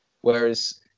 Whereas